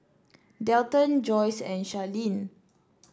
Delton Joyce and Charlene